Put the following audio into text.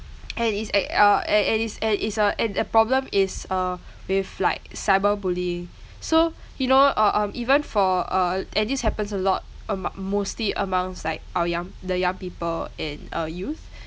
and it's ac~ uh and it's and it's a and the problem is uh with like cyberbullying so you know uh uh even for uh and this happens a lot amo~ mostly amongst like our young the young people and uh youth